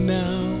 now